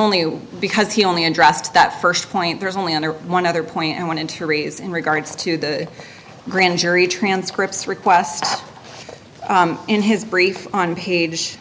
only because he only addressed that first point there's only one other point i wanted to raise in regards to the grand jury transcripts requests in his brief on page